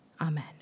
Amen